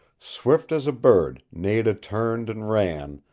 swift as a bird nada turned and ran,